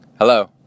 Hello